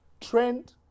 trend